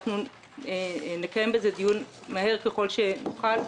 אנחנו נקיים בזה דיון מהר ככל שנוכל.